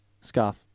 scarf